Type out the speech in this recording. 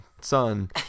son